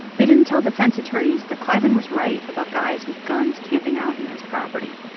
they didn't tell defense attorneys that cliven was right about guys with guns camping out near his property,